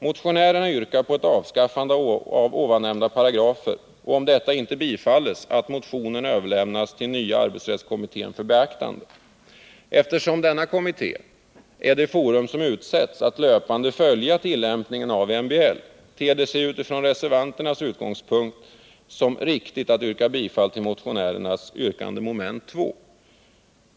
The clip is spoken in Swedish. Motionärerna yrkar på ett avskaffande av de nyss nämnda paragraferna, och, om detta inte bifalls, att motionen överlämnas till den nya arbetsrättskommittén för beaktande. Eftersom denna kommitté är det forum som utsetts att löpande följa tillämpningen av MBL, ter det sig från reservanternas utgångspunkt riktigt att yrka bifall till motionärernas yrkande, mom. 2.